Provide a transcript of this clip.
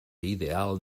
ideal